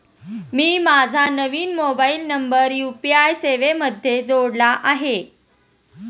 मी माझा नवीन mobile number UPI सेवेमध्ये जोडला आहे